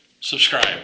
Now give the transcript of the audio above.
Subscribe